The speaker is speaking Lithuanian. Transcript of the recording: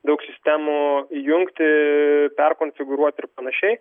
daug sistemų jungti perkonfigūruoti ir panašiai